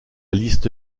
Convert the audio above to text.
liste